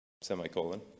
Semicolon